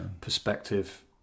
perspective